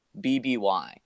BBY